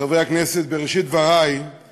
אדוני היושב-ראש, חברי הכנסת, בראשית דברי אני